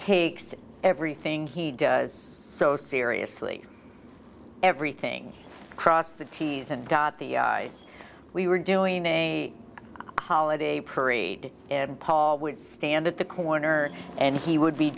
takes everything he does so seriously everything cross the t's and dot the i's we were doing a holiday parade and paul would stand at the corner and he would be